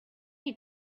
you